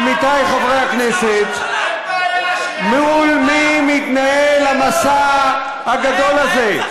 עמיתיי חברי הכנסת, מול מי מתנהל המסע הגדול הזה?